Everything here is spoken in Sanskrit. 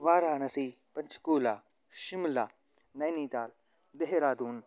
वाराणसि पञ्च्कूल शिम्ल नैनिताल् देहरादून्